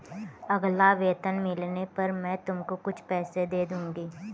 अगला वेतन मिलने पर मैं तुमको कुछ पैसे दे दूँगी